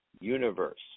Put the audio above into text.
universe